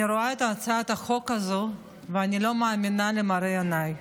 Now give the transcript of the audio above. אני רואה את הצעת החוק הזו ואני לא מאמינה למראה עיניי,